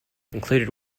included